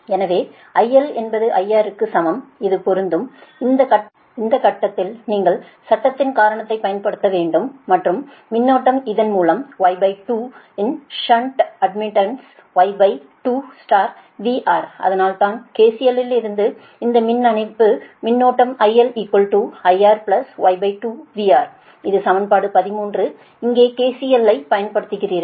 எனவே IL என்பது IR க்கு சமம் இது பொருந்தும் இந்த கட்டத்தில் நீங்கள் சட்டத்தின் காரணத்தை பயன்படுத்த வேண்டும் மற்றும் மின்னோட்டம் இதன் மூலம் Y2 இது ஷன்ட் அட்மிடன்ஸ் Y2 VR அதனால்தான் KCL இலிருந்து இந்த இணைப்பு மின்னோட்டம் IL IR Y2 VR இது சமன்பாடு 13 இங்கே KCL ஐப் பயன்படுத்துகிறீர்கள்